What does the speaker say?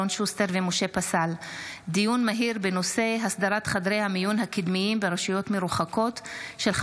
אלון שוסטר ומשה פסל בנושא: השפעות המלחמה על בריאותם של סטודנטים,